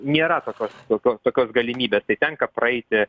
nėra tokios tokios tokios galimybės tai tenka praeiti